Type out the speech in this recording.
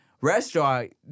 restaurant